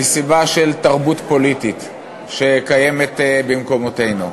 היא סיבה של תרבות פוליטית שקיימת במקומותינו.